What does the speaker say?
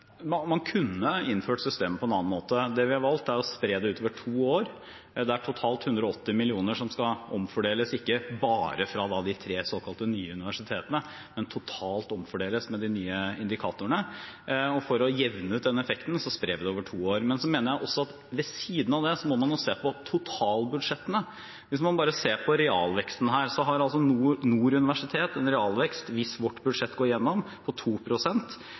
Man kunne innført systemet på en annen måte. Det vi har valgt, er å spre det utover to år. Det er totalt 180 mill. kr som skal omfordeles – ikke bare fra de tre såkalte nye universitetene, men totalt omfordeles med de nye indikatorene. Og for å jevne ut effekten sprer vi det over to år. Men jeg mener også at man ved siden av det jo må se på totalbudsjettene. Hvis man bare ser på realveksten her, har altså Nord universitet en realvekst, hvis vårt budsjett går igjennom, på